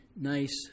nice